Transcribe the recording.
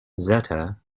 zeta